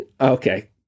okay